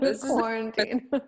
Quarantine